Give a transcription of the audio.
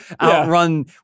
outrun